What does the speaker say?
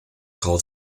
called